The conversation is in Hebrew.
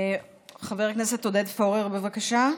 חבר הכנסת עודד פורר, בבקשה.